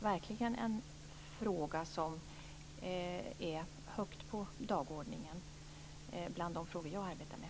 Den här frågan står alltså högt på dagordningen bland de ärenden som jag arbetar med.